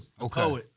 Okay